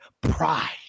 pride